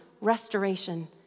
restoration